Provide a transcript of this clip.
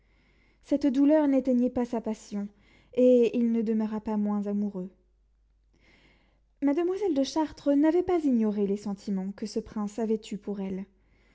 cette douleur n'éteignit pas sa passion et il ne demeura pas moins amoureux mademoiselle de chartres n'avait pas ignoré les sentiments que ce prince avait eus pour elle